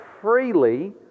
freely